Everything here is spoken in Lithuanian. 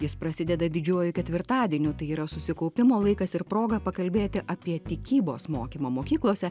jis prasideda didžiuoju ketvirtadieniu tai yra susikaupimo laikas ir proga pakalbėti apie tikybos mokymą mokyklose